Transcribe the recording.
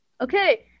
Okay